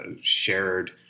shared